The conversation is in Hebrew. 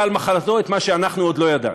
על מחלתו את מה שאנחנו עוד לא ידענו,